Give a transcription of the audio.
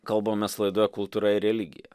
kalbamės laidoje kultūra ir religija